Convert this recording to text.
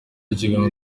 ikiganza